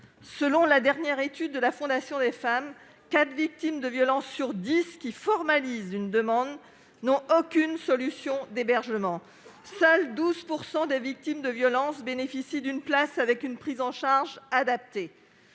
Selon la dernière étude de la Fondation des femmes, sur dix victimes de violences qui formalisent une demande, quatre n'ont aucune solution d'hébergement. Seulement 12 % des victimes de violences bénéficient d'une place et d'une prise en charge adaptée.